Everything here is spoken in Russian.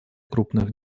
крупных